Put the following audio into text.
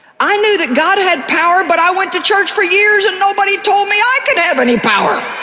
i knew that god had power, but i went to church for years and nobody told me i could have any power.